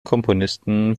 komponisten